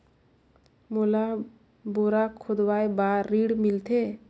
मोला बोरा खोदवाय बार ऋण मिलथे?